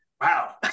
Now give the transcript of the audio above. wow